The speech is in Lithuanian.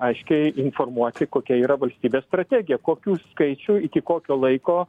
aiškiai informuoti kokia yra valstybės strategija kokių skaičių iki kokio laiko